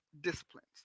disciplines